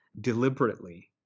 deliberately